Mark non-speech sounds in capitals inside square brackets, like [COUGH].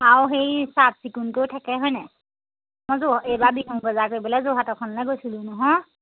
আৰু হেৰি চাফ চিকুণকৈয়ো থাকে হয় নাই [UNINTELLIGIBLE] এইবাৰ বিহুৰ বজাৰ কৰিবলৈ যোৰহাটৰখনলৈ গৈছিলোঁ নহয়